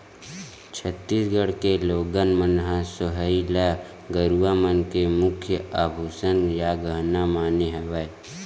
छत्तीसगढ़ के लोगन मन ह सोहई ल गरूवा मन के मुख्य आभूसन या गहना माने हवय